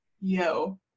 yo